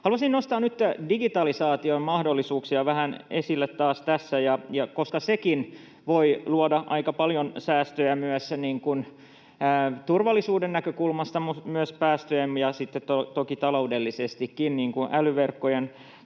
taas nostaa vähän esille digitalisaation mahdollisuuksia, koska sekin voi luoda aika paljon säästöjä turvallisuuden näkökulmasta mutta myös päästöjen ja sitten toki taloudenkin niin kuin älyverkkojenkin